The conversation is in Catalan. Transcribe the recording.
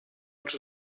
als